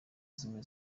zimwe